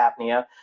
apnea